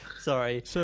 Sorry